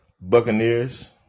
Buccaneers